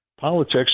politics